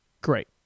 great